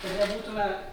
kad nebūtume